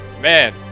man